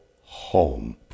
home